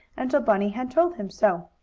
until bunny had told him so.